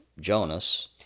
Jonas